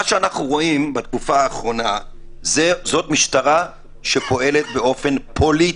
מה שאנחנו רואים בתקופה האחרונה זאת משטרה שפועלת באופן פוליטי,